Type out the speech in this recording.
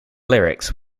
lyrics